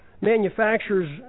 manufacturers